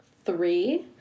Three